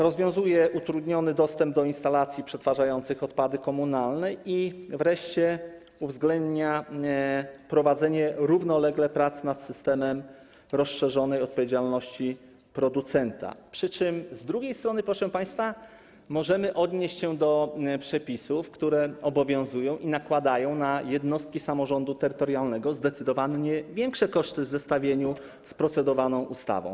Rozwiązuje kwestię utrudnionego dostępu do instalacji przetwarzających odpady komunalne i wreszcie uwzględnia prowadzenie równolegle prac nad systemem rozszerzonej odpowiedzialności producenta, przy czym z drugiej strony, proszę państwa, możemy odnieść się do przepisów, które obowiązują i nakładają na jednostki samorządu terytorialnego zdecydowanie większe koszty w zestawieniu z procedowaną ustawą.